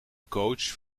coach